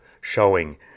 showing